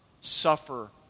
suffer